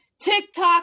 TikTok